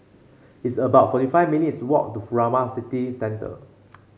it's about forty five minutes' walk to Furama City Centre